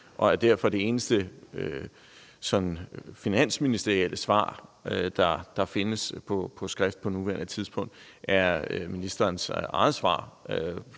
journalist. Det eneste finansministerielle svar, der findes på skrift på nuværende tidspunkt, er derfor ministerens eget svar